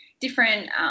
different